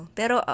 pero